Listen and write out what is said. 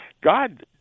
God